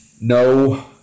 no